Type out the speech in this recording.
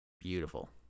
Beautiful